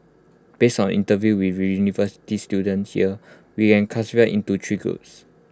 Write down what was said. based on interviews with university students here we can classify into three groups